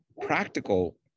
practical